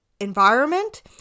environment